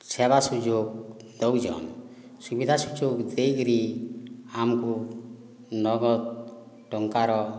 ସେବା ସୁଯୋଗ ଦେଉଛନ୍ତି ସୁବିଧାସୁଯୋଗ ଦେଇକରି ଆମକୁ ନଗଦ ଟଙ୍କାର